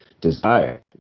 desire